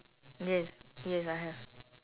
yes yes I have